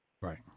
Right